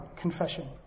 confession